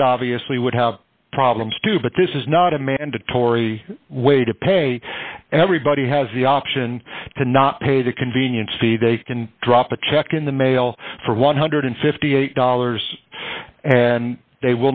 that obviously would have problems too but this is not a mandatory way to pay everybody has the option to not pay the convenience fee they can drop a check in the mail for one hundred and fifty eight dollars and they